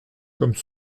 comme